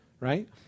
right